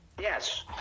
Yes